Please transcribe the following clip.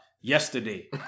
yesterday